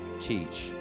teach